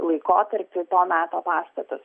laikotarpį to meto pastatus